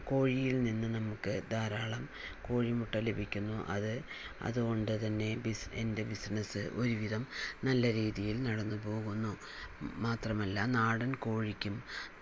കോഴിയിൽ നിന്ന് നമുക്ക് ധാരാളം കോഴി മുട്ട ലഭിക്കുന്നു അത് അതുകൊണ്ട് തന്നെ ബിസി എൻ്റെ ബിസിനസ്സ് ഒരു വിധം നല്ല രീതിയിൽ നടന്ന് പോകുന്നു മാത്രമല്ല നാടൻ കോഴിക്കും